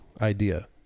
idea